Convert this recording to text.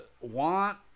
want